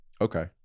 okay